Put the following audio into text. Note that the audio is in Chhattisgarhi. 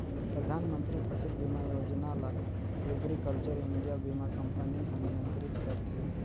परधानमंतरी फसिल बीमा योजना ल एग्रीकल्चर इंडिया बीमा कंपनी हर नियंत्रित करथे